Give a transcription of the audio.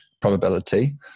probability